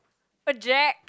but Jack